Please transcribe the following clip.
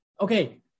Okay